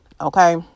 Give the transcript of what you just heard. Okay